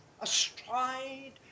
astride